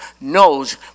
knows